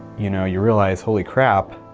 you know, you realize, holy crap,